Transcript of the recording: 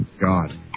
God